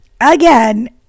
again